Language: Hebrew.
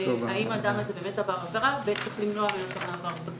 האם האדם הזה באמת עבר עבירה וצריך למנוע ממנו את מעבר הגבול.